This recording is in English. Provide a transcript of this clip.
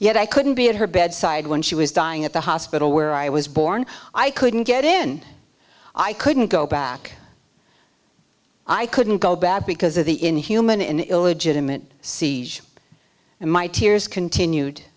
yet i couldn't be at her bedside when she was dying at the hospital where i was born i couldn't get in i couldn't go back i couldn't go back because of the inhuman illegitimate see and my tears continued